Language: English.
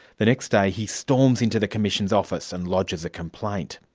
the next day he storms into the commission's office and lodges a complaint.